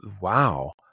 wow